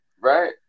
Right